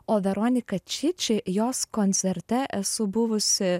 o veronika či či jos koncerte esu buvusi